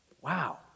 Wow